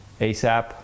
ASAP